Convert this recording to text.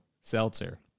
seltzer